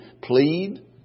plead